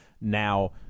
now